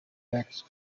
backs